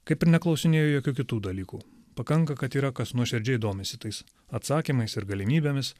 kaip ir neklausinėju jokių kitų dalykų pakanka kad yra kas nuoširdžiai domisi tais atsakymais ir galimybėmis